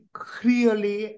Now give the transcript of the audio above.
clearly